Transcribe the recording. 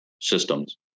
systems